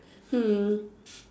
hmm